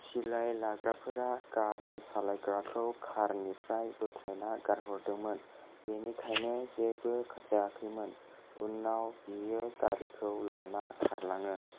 सिलाय लाग्राफोरा गारि सालायग्राखौ कारनिफ्राय बोख्लायना गारहरदोंमोन बेनिखायनो जेबो जायाखैमोन उनाव बियो गारिखौ लाना खारलाङो